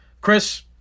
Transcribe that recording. Chris